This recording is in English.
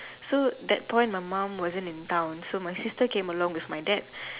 so that point my mum wasn't in town so my sister came along with my dad